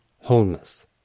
wholeness